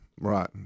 Right